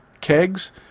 kegs